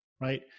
right